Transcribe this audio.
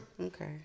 Okay